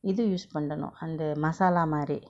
either you spend a lot on the masala marinade